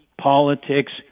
politics